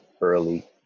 early